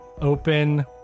open